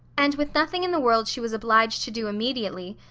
and with nothing in the world she was obliged to do immediately,